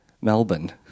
Melbourne